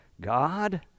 God